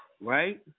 Right